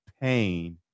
pain